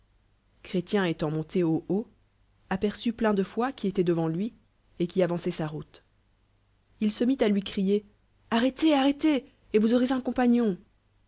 étant monté au haut aper nt pleiu de foi qui était devant lui et qlli avançoit sa route il se n ît à lui crier arrêtez arrétez et vous aurez un compagnon